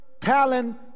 talent